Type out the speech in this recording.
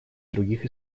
других